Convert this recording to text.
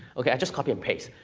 ok, i just copy and paste.